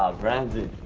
brandon.